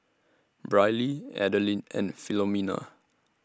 Briley Adeline and Philomena